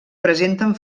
presenten